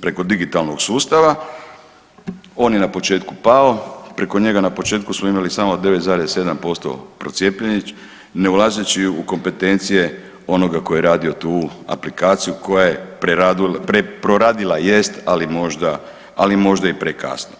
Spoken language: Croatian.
preko digitalnog sustava on je na početku pao, preko njega na početku smo imali samo 9,7% procijepljenih ne ulazeći u kompetencije onoga tko je radio tu aplikaciju koja je proradila jest ali možda i prekasno.